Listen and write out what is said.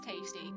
tasty